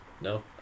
no